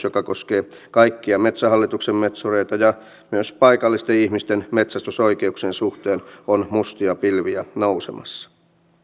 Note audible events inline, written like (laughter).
(unintelligible) joka koskee kaikkia metsähallituksen metsureita ja myös paikallisten ihmisten metsästysoikeuksien suhteen on mustia pilviä nousemassa